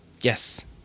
yes